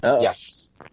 Yes